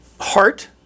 Heart